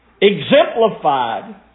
exemplified